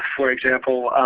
for example,